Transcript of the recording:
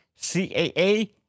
CAA